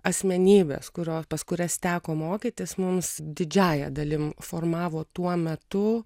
asmenybes kurios pas kurias teko mokytis mums didžiąja dalim formavo tuo metu